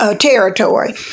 territory